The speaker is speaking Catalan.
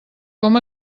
com